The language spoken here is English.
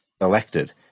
elected